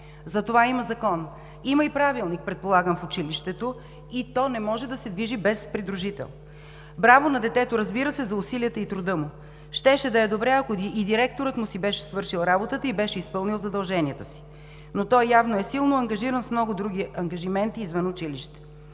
а предполагам, че има и правилник в училището, и то не може да се движи без придружител. Браво на детето, разбира се, за усилията и труда му. Щеше да е добре, ако и директорът му си беше свършил работата и беше изпълнил задълженията си, но той явно е силно ангажиран с много други ангажименти извън училище.